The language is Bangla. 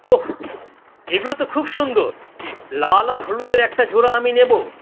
ওহ এগুলো তো খুব সুন্দর লাল আর হলুদের একটা জোড়া আমি নেব